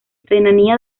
renania